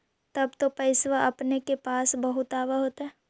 तब तो पैसबा अपने के पास बहुते आब होतय?